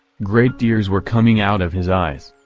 great tears were coming out of his eyes,